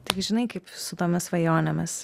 tik žinai kaip su tomis svajonėmis